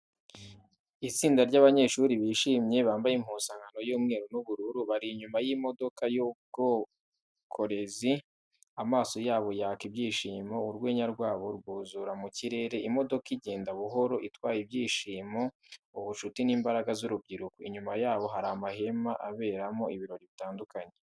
Itsinda ry’abanyeshuri bishimye, bambaye impuzankano y’umweru n’ubururu, bari inyuma y’imodoka y'ubwokorezi. Amaso yabo yaka ibyishimo, urwenya rwabo rwuzura mu kirere. Imodoka igenda buhoro, itwaye ibyishimo, ubucuti n’imbaraga z’urubyiruko. Inyuma yabo hari amahema aberamo ibirori bitandukanye.